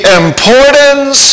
importance